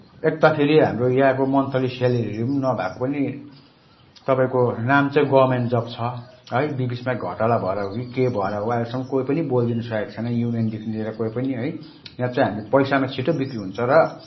एक त फेरि हाम्रो यहाँको मन्थली स्यालेरीहरू पनि नभएको पनि तपाईँको नाम चाहिँ गभर्मेन्ट जब छ है बिच बिचमा घोटाला भएर हो कि के भएर हो आजसम्म कोही पनि बोल्दिन सकेको छैन युनियनदेखि लिएर कोही पनि है यहाँ चाहिँ हाम्रो पैसामा छिट्टो बिक्री हुन्छ र